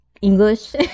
English